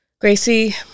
Gracie